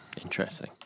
Interesting